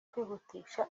kwihutisha